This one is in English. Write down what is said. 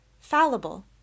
fallible